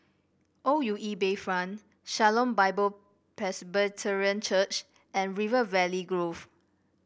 O U E Bayfront Shalom Bible Presbyterian Church and River Valley Grove